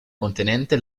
contenente